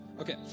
Okay